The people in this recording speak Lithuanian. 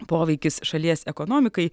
poveikis šalies ekonomikai